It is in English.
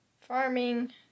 farming